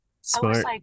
Smart